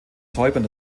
säubern